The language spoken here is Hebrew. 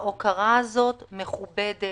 ההוקרה הזו מכובדת,